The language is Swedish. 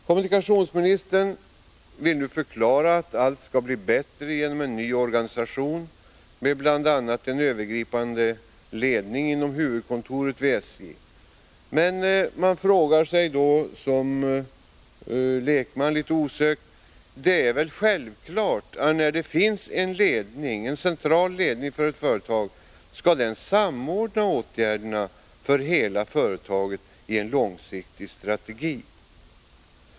Kommunikationsministern försöker nu förklara att allt skall bli bättre genom en ny organisation med bl.a. en övergripande ledning inom huvudkontoret vid SJ. Som lekman frågar man sig osökt: Det är väl självklart att när det finns en central ledning för ett företag skall den samordna åtgärderna för hela företaget i en långsiktig strategi?